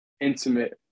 intimate